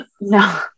No